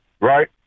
right